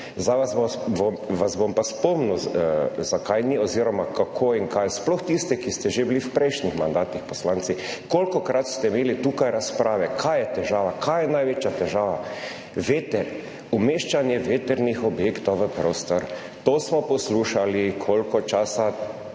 pa vas bom spomnil, zakaj ni oziroma kako in kaj, sploh tiste, ki ste že bili v prejšnjih mandatih poslanci. Kolikokrat ste imeli tukaj razprave, kaj je težava, kaj je največja težava? Veter. Umeščanje vetrnih objektov v prostor. To smo poslušali koliko časa?